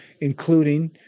including